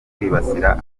kwibasira